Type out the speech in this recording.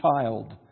child